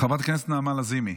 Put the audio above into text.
חברת הכנסת נעמה לזימי,